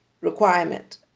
requirement